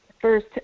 first